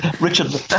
Richard